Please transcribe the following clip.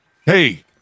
Hey